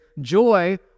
joy